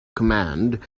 command